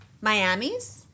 Miami's